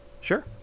sure